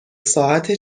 ساعت